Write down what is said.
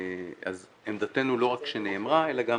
אז עמדתנו לא רק שנאמרה אלא גם